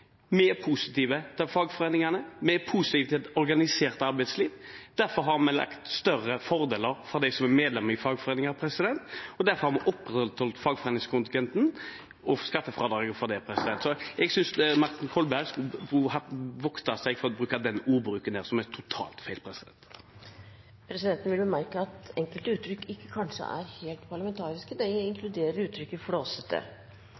Vi er positive til fagforeningene, vi er positive til et organisert arbeidsliv. Derfor har vi gitt større fordeler til dem som er medlem i fagforeninger, og derfor har vi opprettholdt skattefradraget for fagforeningskontingenten. Jeg synes Martin Kolberg burde ha voktet seg for denne ordbruken, som er totalt feil. Presidenten vil bemerke at enkelte uttrykk kanskje ikke er helt parlamentariske. Det